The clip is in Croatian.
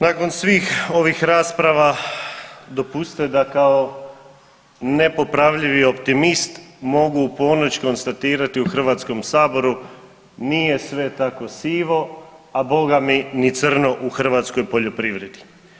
Nakon svih ovih rasprava dopustite da kao nepopravljivi optimist mogu u ponoć konstatirati u Hrvatskom saboru nije sve tako sivo, a boga mi ni crno u hrvatskoj poljoprivredi.